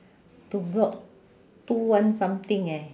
two block two one something eh